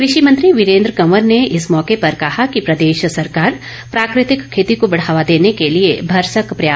कृषि मंत्री वीरेंद्र कंवर ने इस मौके पर कहा कि प्रदेश सरकार प्राकृतिक खेती को बढ़ावा देने के लिए भरसक प्रयास कर रही है